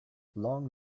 long